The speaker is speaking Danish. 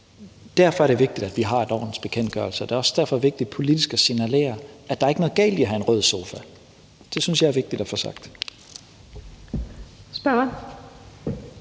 Derfor er det vigtigt, at vi har en ordensbekendtgørelse. Det er derfor også vigtigt politisk at signalere, at der ikke er noget galt i at have en rød sofa. Det synes jeg er vigtigt at få sagt.